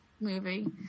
movie